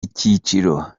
icyiciro